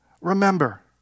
remember